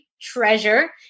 treasure